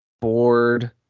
board